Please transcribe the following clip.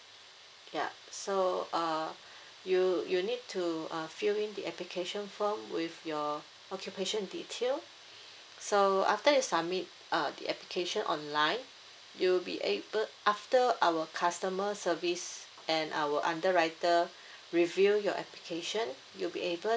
ya so uh you you need to uh fill in the application form with your occupation detail so after you submit uh the application online you'll be able after our customer service and our underwriter review your application you'll be able